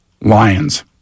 Lions